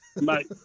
mate